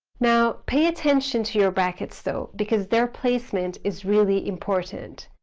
now pay attention to your brackets though, because their placement is really important.